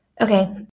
Okay